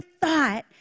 thought